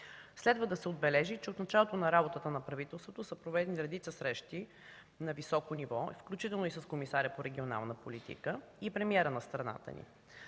Следва да се отбележи, че от началото на работата на правителството са проведени редица срещи на високо ниво, включително и с комисаря по регионална политика и премиера на страната.